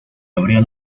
abrió